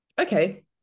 Okay